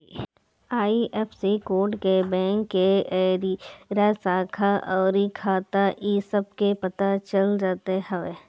IFSC code से bank के area, शाखा अउरी खाता इ सब के पता चल जात हवे